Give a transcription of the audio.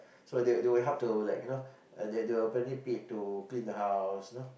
so they they will help to like you know they they were apparently paid to clean the house you know